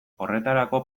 horretarako